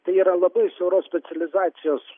tai yra labai siauros specializacijos